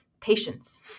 Patience